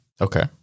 Okay